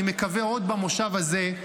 אני מקווה שעוד במושב הזה,